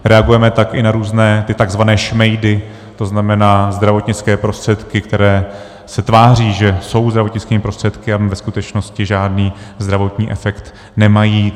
Reagujeme tak i na různé takzvané šmejdy, to znamená zdravotnické prostředky, které se tváří, že jsou zdravotnickými prostředky, ale ve skutečnosti žádný zdravotní efekt nemají.